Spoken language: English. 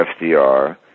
FDR